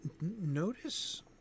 notice